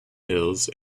hills